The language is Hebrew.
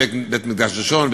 בית-מקדש ראשון,